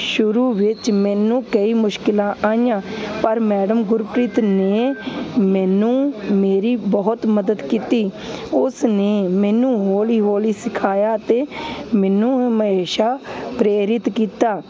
ਸ਼ੁਰੂ ਵਿੱਚ ਮੈਨੂੰ ਕਈ ਮੁਸ਼ਕਲਾਂ ਆਈਆਂ ਪਰ ਮੈਡਮ ਗੁਰਪ੍ਰੀਤ ਨੇ ਮੈਨੂੰ ਮੇਰੀ ਬਹੁਤ ਮਦਦ ਕੀਤੀ ਉਸ ਨੇ ਮੈਨੂੰ ਹੌਲੀ ਹੌਲੀ ਸਿਖਾਇਆ ਅਤੇ ਮੈਨੂੰ ਹਮੇਸ਼ਾ ਪ੍ਰੇਰਿਤ ਕੀਤਾ